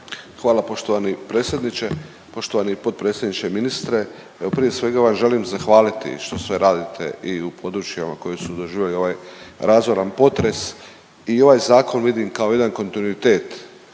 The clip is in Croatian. Hvala poštovani predsjedniče. Poštovani potpredsjedniče i ministre, evo prije svega vam želim zahvaliti što sve radite i u područjima koja su doživjela ovaj razoran potres i ovaj zakon vidim kao jedan kontinuitet